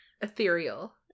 Ethereal